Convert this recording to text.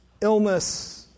illness